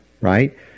right